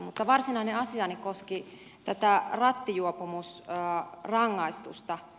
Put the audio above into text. mutta varsinainen asiani koski tätä rattijuo pumusrangaistusta